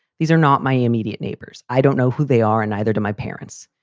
these are not my immediate neighbors. i don't know who they are and either to my parents,